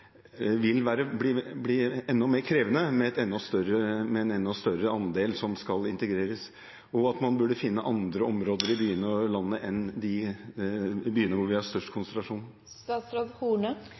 vil bli enda mer krevende med en enda større andel som skal integreres, og at man burde finne andre områder i byene og landet enn de byene hvor vi har størst